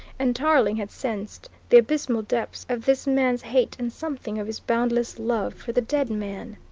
and tarling had sensed the abysmal depths of this man's hate and something of his boundless love for the dead man.